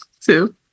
two